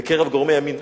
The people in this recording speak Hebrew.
בקרב גורמי ימין,